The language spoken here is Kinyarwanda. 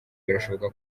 birashoboka